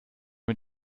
mit